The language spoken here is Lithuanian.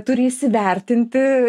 turi įsivertinti